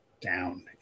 down